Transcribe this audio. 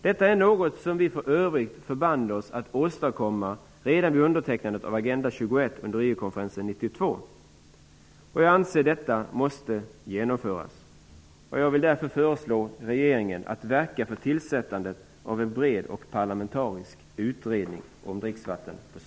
Detta är något som vi för övrigt förband oss att åstadkomma redan vid undertecknandet av Agenda 21 under Riokonferensen 1992, och jag anser att det måste genomföras.